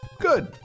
Good